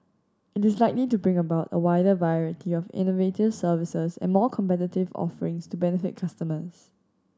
it is likely to bring about a wider variety of innovative services and more competitive offerings to benefit customers